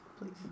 please